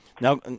now